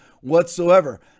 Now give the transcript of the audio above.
whatsoever